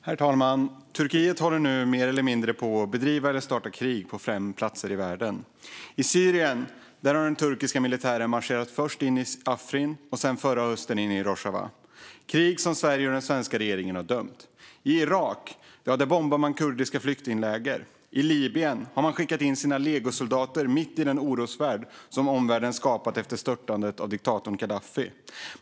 Herr talman! Turkiet håller nu mer eller mindre på att bedriva eller starta krig på fem platser i världen. I Syrien har den turkiska militären marscherat in - först in i Afrin, sedan, förra hösten, in i Rojava. Det är krig som Sverige och den svenska regeringen har fördömt. I Irak bombar man kurdiska flyktingläger. I Libyen har man skickat in sina legosoldater mitt i den oroshärd som omvärlden skapat efter störtandet av diktatorn Gaddafi.